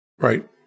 Right